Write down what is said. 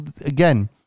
Again